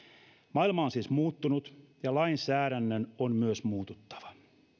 maailma on siis muuttunut ja myös lainsäädännön on muututtava